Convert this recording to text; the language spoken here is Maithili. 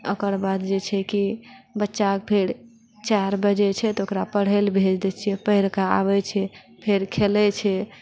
ओकर बाद जे छै कि बच्चाके फेर चारि बजै छै तऽ ओकरा पढ़ए लए भेजि देइ छिऐ पढ़िके आबैत छै फेर खेलैत छै